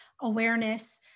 awareness